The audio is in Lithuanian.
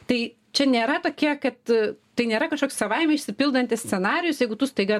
tai čia nėra tokia kad tai nėra kažkoks savaime išsipildantis scenarijus jeigu tu staiga